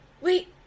Wait